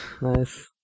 Nice